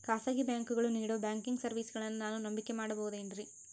ಖಾಸಗಿ ಬ್ಯಾಂಕುಗಳು ನೇಡೋ ಬ್ಯಾಂಕಿಗ್ ಸರ್ವೇಸಗಳನ್ನು ನಾನು ನಂಬಿಕೆ ಮಾಡಬಹುದೇನ್ರಿ?